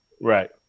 Right